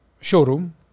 showroom